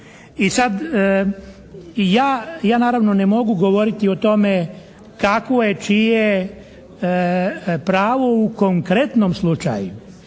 I sad, ja naravno ne mogu govoriti o tome kakvo je čije pravo u konkretnom slučaju.